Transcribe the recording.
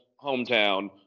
hometown